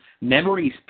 Memories